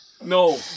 No